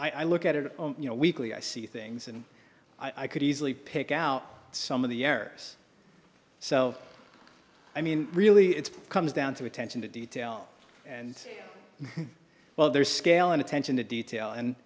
can't i look at it you know weekly i see things and i could easily pick out some of the air so i mean really it's comes down to attention to detail and well there's scale and attention to detail and